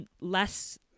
less